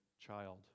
child